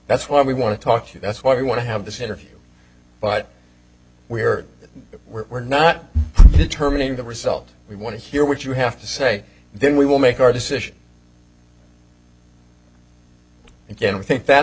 that's why we want to talk to you that's why we want to have this interview but we're we're not determining the result we want to hear what you have to say then we will make our decision and then we think that